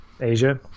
Asia